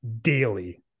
daily